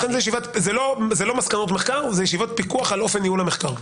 לכן אלה לא מסקנות מחקר אלא ישיבות פיקוח על אופן ניהול המחקר.